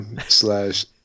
slash